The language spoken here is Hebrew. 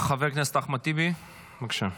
חבר הכנסת אחמד טיבי, בבקשה.